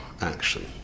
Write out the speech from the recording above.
action